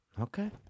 Okay